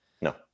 No